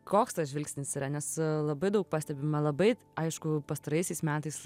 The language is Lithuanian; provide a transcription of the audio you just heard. koks tas žvilgsnis yra nes labai daug pastebima labai aišku pastaraisiais metais